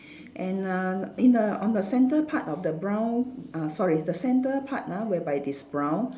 and uh in the on the centre part of the brown ah sorry the centre part ah whereby it's brown